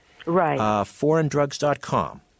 foreigndrugs.com